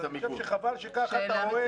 אני חושב שחבל שכך אתה רואה את הסיפור.